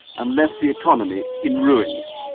and left the economy in ruins.